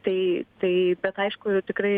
tai tai bet aišku ir tikrai